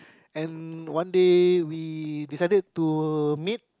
and one day we decided to meet